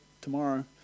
tomorrow